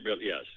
yes